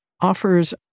offers